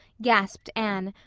gasped anne,